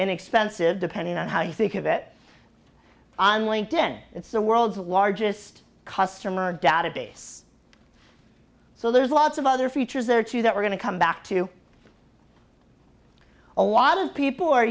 inexpensive depending on how you think of it on linked in it's the world's largest customer database so there's lots of other features there too that we're going to come back to a lot of people are